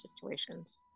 situations